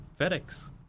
FedEx